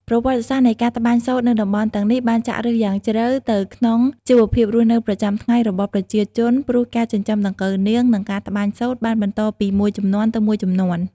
ប្រវត្តិសាស្ត្រនៃការត្បាញសូត្រនៅតំបន់ទាំងនេះបានចាក់ឫសយ៉ាងជ្រៅទៅក្នុងជីវភាពរស់នៅប្រចាំថ្ងៃរបស់ប្រជាជន ព្រោះការចិញ្ចឹមដង្កូវនាង និងការត្បាញសូត្របានបន្តពីមួយជំនាន់ទៅមួយជំនាន់។